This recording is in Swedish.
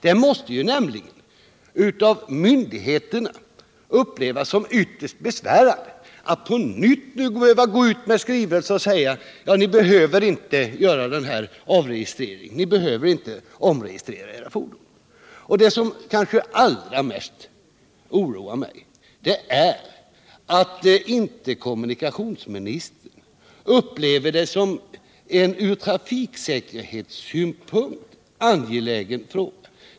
Det måste nämligen av myndigheten upplevas som ytterst besvärande att på nytt behöva gå ut med skrivelse och meddela: Ni behöver inte göra den här avregistreringen. Ni behöver inte omregistrera era fordon. Det som kanske oroar mig allra mest är att kommunikationsministern inte upplever detta som en från trafiksäkerhetssynpunkt angelägen fråga.